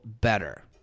better